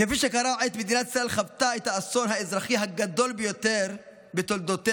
כפי שקרה עת שמדינת ישראל חוותה את האסון האזרחי הגדול ביותר בתולדותיה,